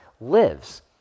lives